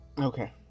Okay